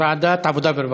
ועדת העבודה והרווחה.